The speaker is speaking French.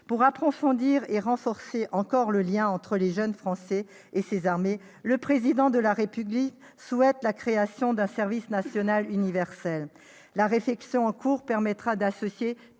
Pour approfondir et renforcer encore le lien entre les jeunes Français et les armées, le Président de la République souhaite la création d'un service national universel. La réflexion en cours permettra d'associer